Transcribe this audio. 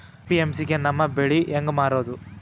APMC ಗೆ ನಮ್ಮ ಬೆಳಿ ಹೆಂಗ ಮಾರೊದ?